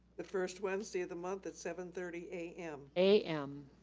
the first wednesday of the month at seven thirty a m. a m.